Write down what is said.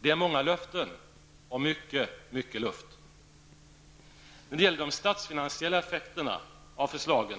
Det är många löften och mycket luft. När de gäller det statsfinansiella effekterna av förslagen